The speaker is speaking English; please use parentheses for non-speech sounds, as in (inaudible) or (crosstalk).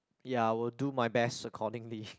ya I will do my best accordingly (laughs)